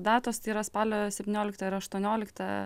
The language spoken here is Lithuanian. datos tai yra spalio septyniolikta ir aštuoniolikta